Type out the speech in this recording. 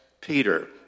Peter